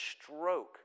stroke